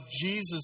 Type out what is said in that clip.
Jesus